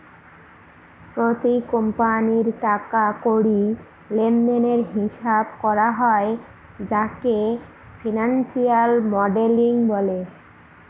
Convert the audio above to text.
প্রতি কোম্পানির টাকা কড়ি লেনদেনের হিসাব করা হয় যাকে ফিনান্সিয়াল মডেলিং বলে